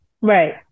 Right